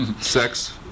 sex